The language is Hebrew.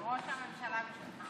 ראש הממשלה בשבילך.